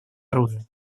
оружия